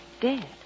Dead